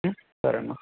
సరేమ్